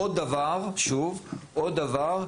דבר נוסף,